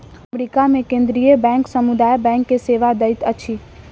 America मे केंद्रीय bank समुदाय बैंक के सेवा दैत अछि